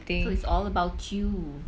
so it's all about you